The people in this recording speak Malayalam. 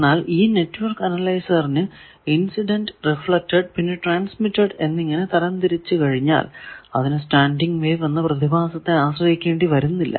എന്നാൽ ഈ നെറ്റ്വർക്ക് അനലൈസറിനു ഇൻസിഡന്റ് റിഫ്ലെക്ടഡ് പിന്നെ ട്രാൻസ്മിറ്റഡ് എന്നിങ്ങനെ തരം തിരിച്ചു കഴിഞ്ഞാൽ അതിനു സ്റ്റാൻഡിങ് വേവ് എന്ന പ്രതിഭാസത്തെ ആശ്രയിക്കേണ്ടി വരുന്നില്ല